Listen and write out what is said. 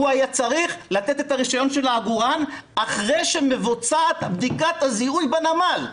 הוא היה צריך לתת את הרישיון של העגורן אחרי שמבוצעת בדיקת הזיהוי בנמל,